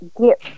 get